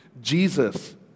Jesus